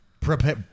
prepare